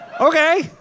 Okay